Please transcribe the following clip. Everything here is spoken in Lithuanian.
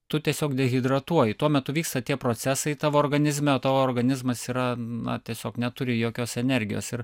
tu tiesiog dehidratuoji tuo metu vyksta tie procesai tavo organizme o tavo organizmas yra na tiesiog neturi jokios energijos ir